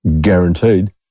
guaranteed